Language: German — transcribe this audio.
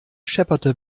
schepperte